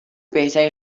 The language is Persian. بهتری